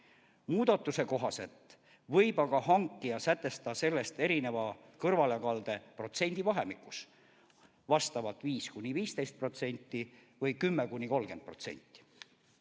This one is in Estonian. Muudatuse kohaselt võib aga hankija sätestada sellest erineva kõrvalekalde protsendivahemikus 5–15% või 10–30%.